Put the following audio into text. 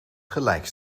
gelijk